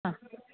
हा